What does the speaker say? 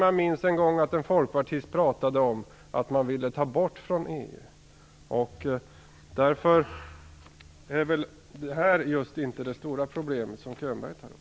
Jag minns att en folkpartist en gång pratade om att man ville ta bort reglerna om jordgubbar från EU. Därför är väl inte just det som Bo Könberg tar upp det stora problemet.